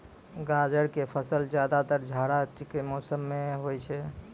गाजर के फसल ज्यादातर जाड़ा के मौसम मॅ होय छै